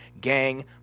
Gang